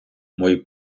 мої